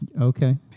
Okay